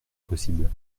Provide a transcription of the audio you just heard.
possibles